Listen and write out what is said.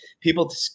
people